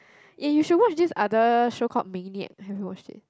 eh you should watch this other show called Maniac have you watched it